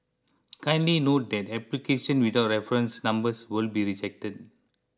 kindly note that applications without reference numbers will be rejected